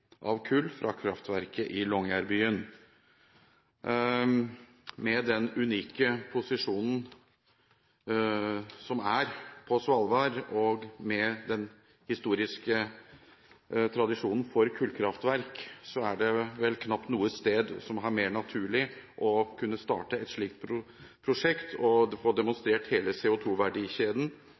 av kull fra kraftverket i Longyearbyen. Med den unike posisjonen Svalbard har, og med den historiske tradisjonen for kullkraftverk er det vel knapt noe sted det er mer naturlig å starte et slikt prosjekt og få demonstrert hele